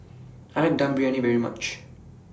I Dum Briyani very much